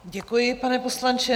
Děkuji, pane poslanče.